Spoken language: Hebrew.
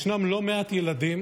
יש לא מעט ילדים